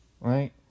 right